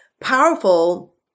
powerful